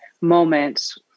moments